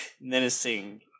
menacing